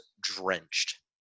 drenched